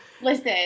Listen